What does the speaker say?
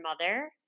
mother